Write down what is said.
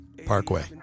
parkway